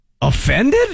offended